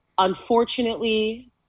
Unfortunately